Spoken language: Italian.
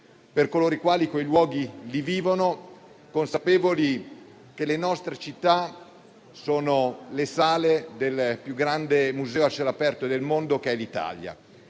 per coloro i quali quei luoghi li vivono, consapevoli che le nostre città sono le sale del più grande museo a cielo aperto del mondo, che è l'Italia.